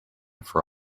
for